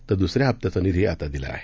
तर दुसऱ्या हप्त्याचा निधी आता दिला आहे